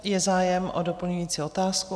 Je zájem o doplňující otázku?